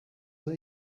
that